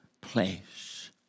place